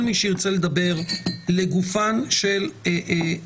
כל מי שירצה, ידבר לגופם של הסעיפים.